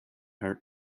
her